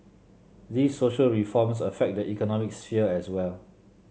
these social reforms affect the economic sphere as well